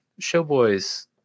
Showboys